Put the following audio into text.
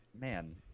man